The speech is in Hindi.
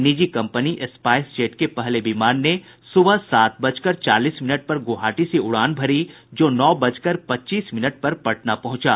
निजी कंपनी स्पाईस जेट के पहले विमान ने सुबह सात बजकर चालीस मिनट पर गुवाहाटी से उड़ान भरी जो नौ बजकर पच्चीस मिनट पर पटना पहुंचा